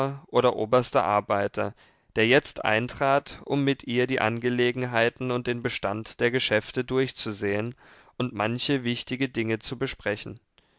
oder oberste arbeiter der jetzt eintrat um mit ihr die angelegenheiten und den bestand der geschäfte durchzusehen und manche wichtige dinge zu besprechen